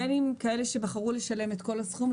בין אם כאלה שבחרו לשלם את כל הסכום,